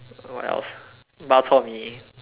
what else bak chor mee